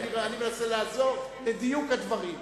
אני מנסה לעזור לדיוק הדברים.